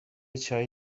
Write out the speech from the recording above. چایی